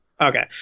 Okay